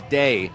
day